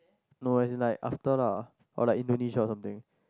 no as in like after lah or like Indonesia or something